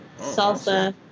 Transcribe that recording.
salsa